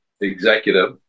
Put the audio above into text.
executive